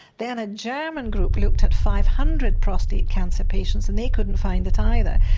then a german group looked at five hundred prostate cancer patients and they couldn't find it either.